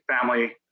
family